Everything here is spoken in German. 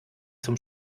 zum